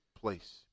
place